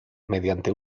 mediante